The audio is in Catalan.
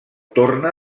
torna